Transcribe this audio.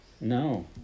No